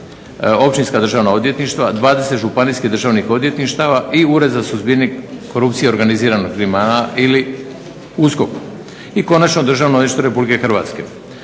općinska državna odvjetništva, 20 županijskih državnih odvjetništava i Ured za suzbijanje korupcije i organiziranog kriminala ili USKOK i konačno Državno odvjetništvo RH.